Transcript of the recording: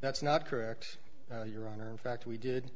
that's not correct your honor in fact we did